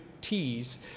tees